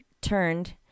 turned